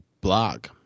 blog